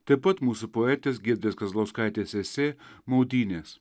taip pat mūsų poetės giedrės kazlauskaitės esė maudynės